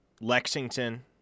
Lexington